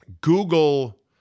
Google